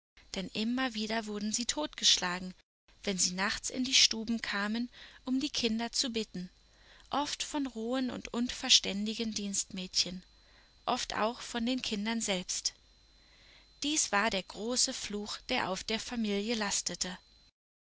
denn immer wieder wurden sie totgeschlagen wenn sie nachts in die stuben kamen um die kinder zu bitten oft von rohen und unverständigen dienstmädchen oft auch von den kindern selbst dies war der große fluch der auf der familie lastete